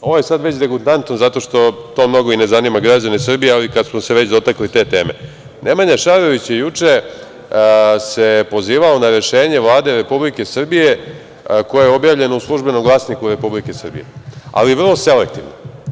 ovo je sad već degutantno, zato što to mnogo i ne zanima građane Srbije, ali kad smo se već dotakli te teme, Nemanja Šarović se juče pozivao na rešenje Vlade Republike Srbije koje je objavljeno u „Službenom glasniku Republike Srbije“, ali vrlo selektivno.